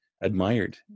admired